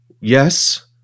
yes